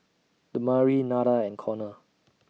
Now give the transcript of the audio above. Damari Nada and Konner